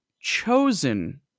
chosen